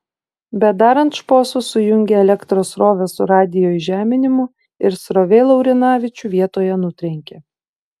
bedarant šposus sujungė elektros srovę su radijo įžeminimu ir srovė laurinavičių vietoje nutrenkė